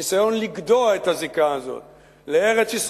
ניסיון לגדוע את הזיקה הזאת לארץ-ישראל,